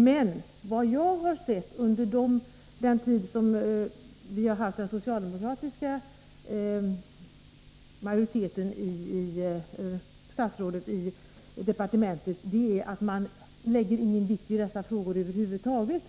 Men vad jag har sett under den tid då vi haft ett socialdemokratiskt statsråd i bostadsdepartementet är att man inte lägger någon vikt vid dessa frågor över huvud taget.